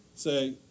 say